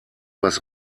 was